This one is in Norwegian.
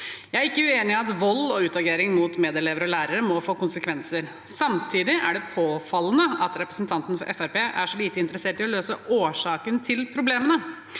Jeg er ikke uenig i at vold og utagering mot medelever og lærere må få konsekvenser. Samtidig er det påfallende at representanten fra Fremskrittspartiet er så lite interessert i å løse årsaken til problemene.